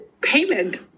payment